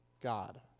God